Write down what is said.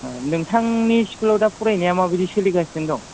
नोंथांनि स्कुलआव दा फरायनाया मा बादि सोलिगासिनो दं